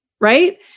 right